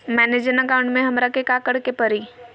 मैंने जिन अकाउंट में हमरा के काकड़ के परी?